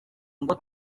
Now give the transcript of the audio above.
ngo